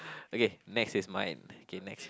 okay next is mine okay next